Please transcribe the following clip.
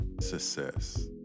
success